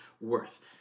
worth